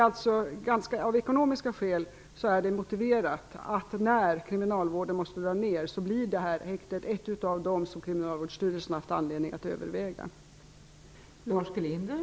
Av ekonomiska skäl är det motiverat att detta häkte, när kriminalvården måste dra ner, blivit ett av de häkten som Kriminalvårdsstyrelsen har anledning att ta med i övervägningarna.